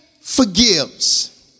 forgives